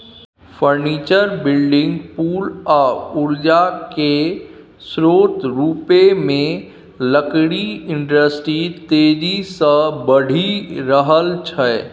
furniture, building, पुल आ उर्जा केर स्रोत रुपमे लकड़ी इंडस्ट्री तेजी सँ बढ़ि रहल छै